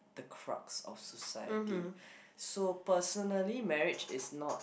the crux of society so personally marriage is not